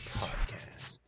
podcast